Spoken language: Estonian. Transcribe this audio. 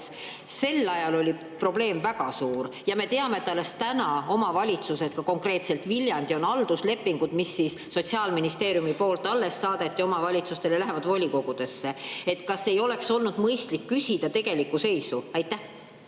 Sel ajal oli probleem väga suur. Me teame, et alles nüüd omavalitsustes, ka konkreetselt Viljandis, halduslepingud, mis siis Sotsiaalministeeriumi poolt alles saadeti omavalitsustele, lähevad volikogudesse. Kas ei oleks olnud mõistlik küsida tegelikku seisu? Aitäh,